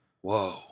whoa